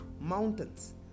mountains